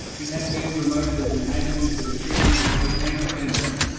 it has been promoted as an adjuvant for the treatment of cocaine dependence.